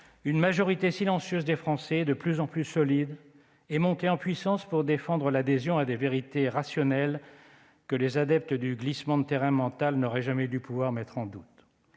-une majorité silencieuse de Français, de plus en plus solide, est montée en puissance pour défendre l'adhésion à des vérités rationnelles que les adeptes du glissement de terrain mental n'auraient jamais dû pouvoir mettre en doute.